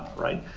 right?